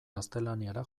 gaztelaniara